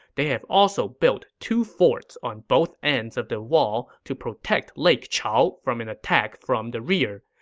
they have also built two forts on both ends of the wall to protect lake chao from an attack from the rear.